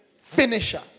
finisher